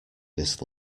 this